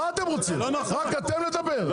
מה אתם רוצים, רק אתם לדבר?